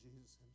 Jesus